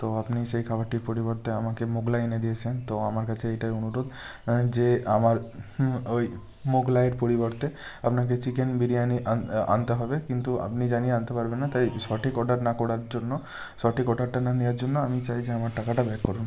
তো আপনি সেই খাবারটির পরিবর্তে আমাকে মোগলাই এনে দিয়েছেন তো আমার কাছে এইটাই অনুরোধ যে আমার ওই মোগলাইয়ের পরিবর্তে আপনাকে চিকেন বিরিয়ানি আনতে হবে কিন্তু আপনি জানি আনতে পারবেন না তাই সঠিক অর্ডার না করার জন্য সঠিক অর্ডারটা না নেওয়ার জন্য আমি চাই যে আমার টাকাটা ব্যাক করুন